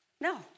No